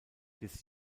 des